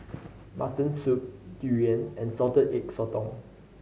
mutton soup durian and Salted Egg Sotong